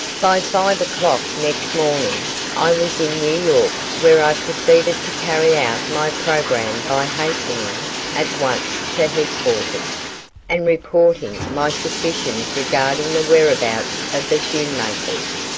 by five o'clock next morning i was in new york where i proceeded to carry out my programme by hastening at once to headquarters and reporting my suspicions regarding the whereabouts of the schoenmakers.